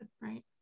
right